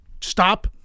stop